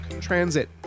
transit